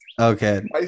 Okay